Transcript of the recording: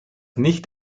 nicht